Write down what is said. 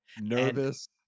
Nervous